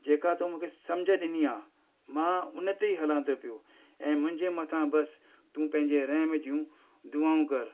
जेका तो मूंखे समुझ ॾिनी आहे मां हुन ते ई हलां थो पियो ऐं मुंहिंजे मथां बसि तूं पंहिंजे रहम जूं दुआऊं कर